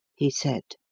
he said.